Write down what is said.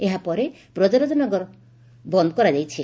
ଏହାପରେ ବ୍ରକରାଜନଗର ବନ୍ଦ କରାଯାଇଛି